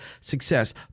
success